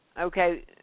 Okay